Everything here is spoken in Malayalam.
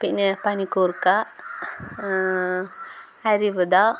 പിന്നെ പനിക്കൂർക്ക അരിബുധ